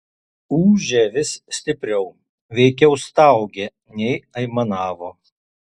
ūžė vis stipriau veikiau staugė nei aimanavo